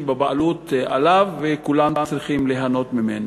בבעלות עליו וכולם צריכים ליהנות ממנו.